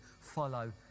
follow